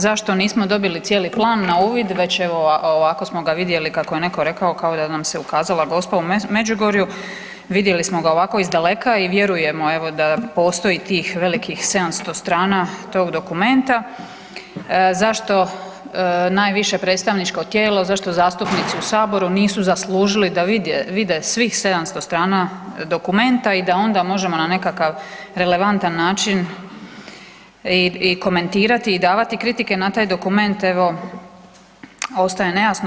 Zašto nismo dobili cijeli Plan na uvid, već evo, ovako smo ga vidjeli, kako je netko rekao, kao da nam se ukazala Gospa u Međugorju, vidjeli smo ga ovako izdaleka i vjerujemo evo, da postoji tih velikih 700 strana tog dokumenta, zašto najviše predstavničko tijelo, zašto zastupnici u Saboru nisu zaslužili da vide svih 700 strana dokumenta i da onda možemo na nekakav relevantan način i komentirati i davati kritike na taj dokument, evo, ostaje nejasno.